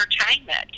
entertainment